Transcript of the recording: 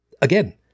Again